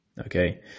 Okay